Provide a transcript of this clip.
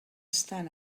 estan